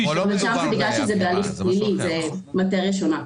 בגלל שזה בהליך פלילי זה מאטריה שונה.